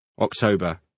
October